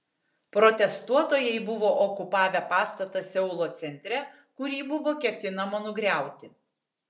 protestuotojai buvo okupavę pastatą seulo centre kurį buvo ketinama nugriauti